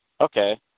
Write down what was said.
Okay